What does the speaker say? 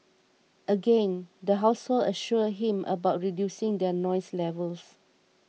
again the household assured him about reducing their noise levels